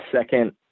second